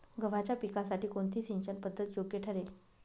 गव्हाच्या पिकासाठी कोणती सिंचन पद्धत योग्य ठरेल?